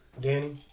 Danny